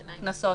קנסות.